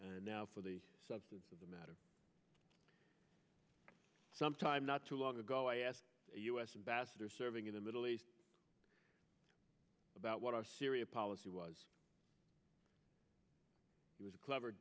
and now for the substance of the matter some time not too long ago i asked u s ambassador serving in the middle east about what our syria policy was it was a clever